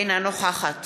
אינה נוכחת